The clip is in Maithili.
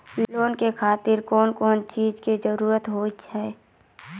लोन के खातिर कौन कौन चीज के जरूरत हाव है?